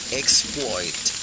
exploit